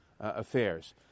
affairs